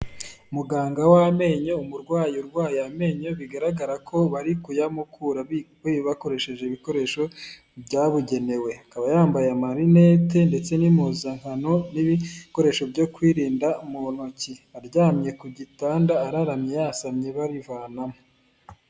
Muganga w'amenyo, umurwayi urwaye amenyo bigaragara ko bari kuyamukura bakoresheje ibikoresho byabugenewe. Akaba yambaye amarinete ndetse n'impuzankano n'ibikoresho byo kwirinda mu ntoki. Aryamye ku gitanda, araramye yasamye barivanamo.